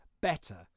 better